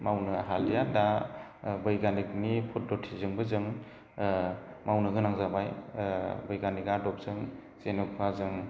मावनो हालिया दा बैग्यानिकनि फद्द'थिजोंबो जों मावनो गोनां जाबाय बैग्यानिक आदबजों जेनेबा जों